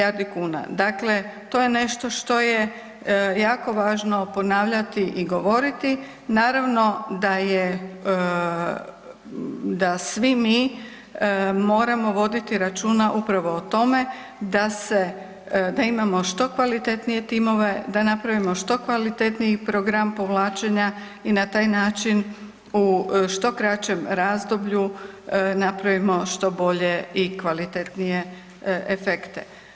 Dakle, to je nešto što je jako važno ponavljati i govoriti, naravno da svi mi moramo voditi računa upravo o tome da imamo što kvalitetnije timove, da napravimo što kvalitetniji program povlačenja i na taj način u što kraćem razdoblju napravimo što bolje i kvalitetnije efekte.